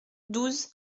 douze